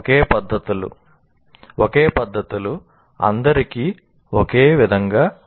ఒకే పద్ధతులు ఒకే పద్ధతులు అందరికీ ఒకే విధంగా పనిచేయవు